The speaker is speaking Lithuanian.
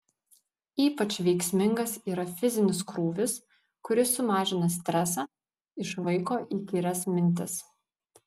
ypač veiksmingas yra fizinis krūvis kuris sumažina stresą išvaiko įkyrias mintis